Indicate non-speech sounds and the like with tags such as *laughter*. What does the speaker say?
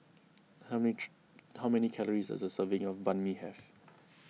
how *unintelligible* how many calories does a serving of Banh Mi have